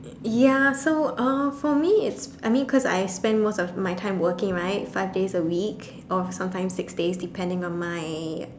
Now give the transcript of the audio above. ya so uh for me it's I mean cause I spend most of my time working right five days a week or sometimes six days depending on my